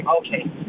Okay